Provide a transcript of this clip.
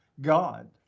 God